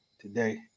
today